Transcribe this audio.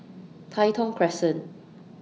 Tai Thong Crescent